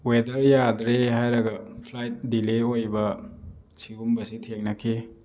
weather ꯌꯥꯗ꯭ꯔꯦ ꯍꯥꯏꯔꯒ flight delay ꯑꯣꯏꯕ ꯁꯤꯒꯨꯝꯕꯁꯦ ꯊꯦꯡꯅꯈꯤ